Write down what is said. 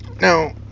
now